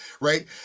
right